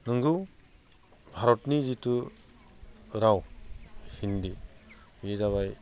नंगौ भारतनि जिथु राव हिन्दि बे जाबाय